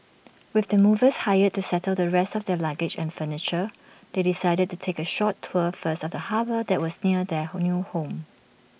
with the movers hired to settle the rest of their luggage and furniture they decided to take A short tour first of the harbour that was near their new home